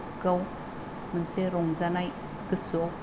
गाव मोनसे रंजानाय गोसोआव